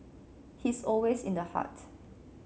he's always in the heart